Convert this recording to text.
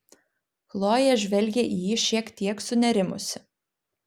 chlojė žvelgė į jį šiek tiek sunerimusi